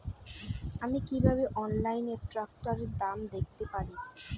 আমি কিভাবে অনলাইনে ট্রাক্টরের দাম দেখতে পারি?